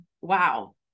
wow